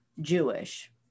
Jewish